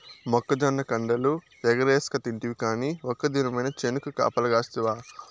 మొక్కజొన్న కండెలు ఎగరేస్కతింటివి కానీ ఒక్క దినమైన చేనుకు కాపలగాస్తివా